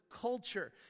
culture